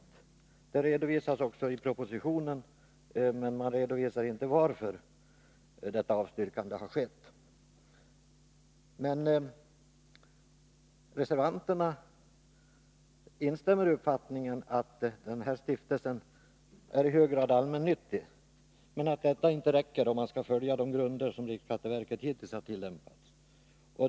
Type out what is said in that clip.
Att det avstyrkts redovisas i propositionen, men man redovisar inte varför detta avstyrkande har skett. Reservanterna instämmer i uppfattningen att denna stiftelse är i hög grad allmännyttig men att detta inte räcker, om man skall följa de regler som riksskatteverket hittills har tillämpat.